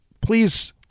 please